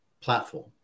platform